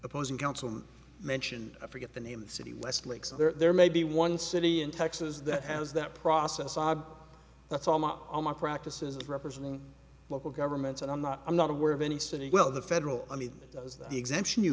opposing counsel mention i forget the name of the city westlake so there may be one city in texas that has that process ob that's almost all my practice is representing local governments and i'm not i'm not aware of any city well the federal i mean those that the exemption you